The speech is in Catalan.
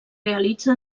realitza